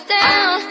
down